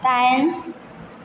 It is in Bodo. डाइन